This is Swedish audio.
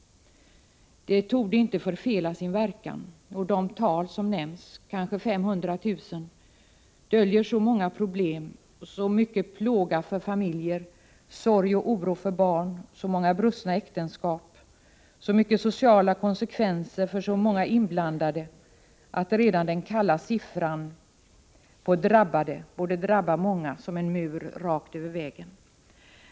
Det torde inte förfela sin verkan. Det tal som nämns, kanske 500 000 människor, döljer så många problem, så mycken plåga för familjer, sorg och oro för barn, så många brustna äktenskap och så stora sociala konsekvenser för så många inblandade att redan den kalla siffran på drabbade borde drabba många som en mur rakt över vägen.